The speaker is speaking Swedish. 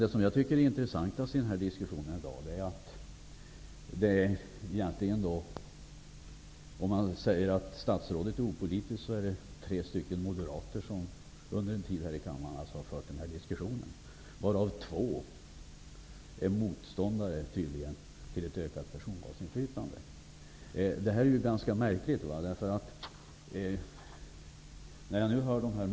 Men det jag tycker är intressantast i diskussionen i dag är att vi har ett opolitiskt statsråd och tre moderater som har fört diskussionen, varav två tydligen är motståndare till ökat inflytande på personvalet. Detta är ganska märkligt.